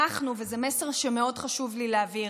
אנחנו, וזה מסר שמאוד חשוב לי להעביר,